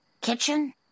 Kitchen